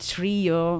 Trio